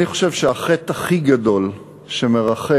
אני חושב שהחטא הכי גדול שמרחף